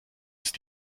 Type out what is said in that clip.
ist